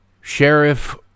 Sheriff